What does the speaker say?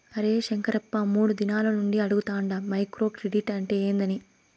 అరే శంకరప్ప, మూడు దినాల నుండి అడగతాండ మైక్రో క్రెడిట్ అంటే ఏందని